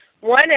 one